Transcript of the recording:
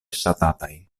ŝatataj